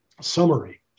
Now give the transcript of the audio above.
summary